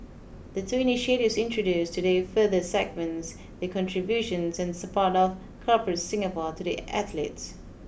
the two initiatives introduced today further segments the contribution and support of Corporate Singapore to the athletes